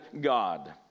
god